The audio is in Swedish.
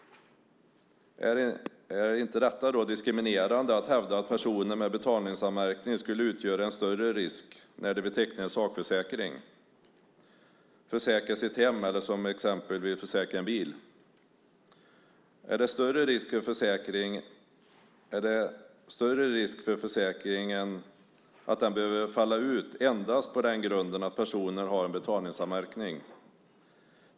Är det då inte diskriminerande att hävda att personer med betalningsanmärkning skulle utgöra en större risk när de vill teckna en sakförsäkring, försäkra ett hem eller försäkra en bil? Är det större risk för att försäkringen behöver falla ut endast för att en person har en betalningsanmärkning?